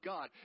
God